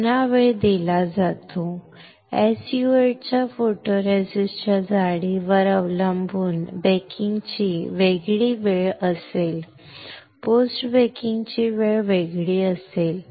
पुन्हा वेळ दिला जातो SU 8 च्या फोटोरेसिस्टच्या जाडीवर अवलंबून बेकिंगची वेळ वेगळी असेल पोस्ट बेकिंगची वेळ वेगळी असेल